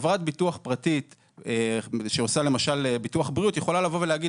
חברת ביטוח פרטית שעושה למשל ביטוח בריאות יכולה להגיד: